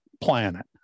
planet